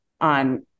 on